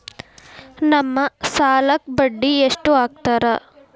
ನಮ್ ಸಾಲಕ್ ಬಡ್ಡಿ ಎಷ್ಟು ಹಾಕ್ತಾರ?